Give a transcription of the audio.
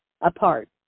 apart